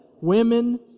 women